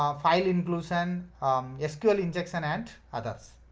um file inclusion sql injection and others.